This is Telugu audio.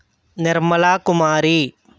నిర్మలా కుమారి